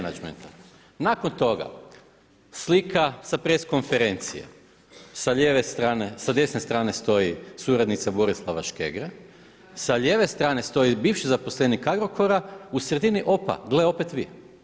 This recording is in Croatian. Nakon toga, slika sa press konferencije, sa lijeve strane, sa desne strane stoji suradnica Borislava Škegre, sa lijeve strane stoji bivši zaposlenik Agrokora, u sredini, opa, gle opet vi.